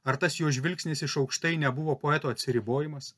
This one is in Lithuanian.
ar tas jo žvilgsnis iš aukštai nebuvo poeto atsiribojimas